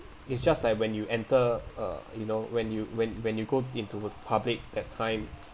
it's just like when you enter uh you know when you when when you go into public that time